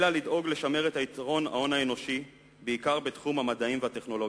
אלא לדאוג לשמר את יתרון ההון האנושי בתחום המדעי והטכנולוגי.